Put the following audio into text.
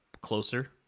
closer